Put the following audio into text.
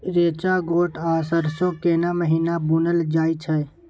रेचा, गोट आ सरसो केना महिना बुनल जाय छै?